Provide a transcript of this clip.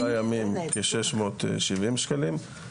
לשלושה ימים כ-670 שקלים.